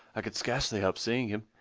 i could scarcely help seeing him.